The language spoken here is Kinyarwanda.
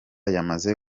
yamaze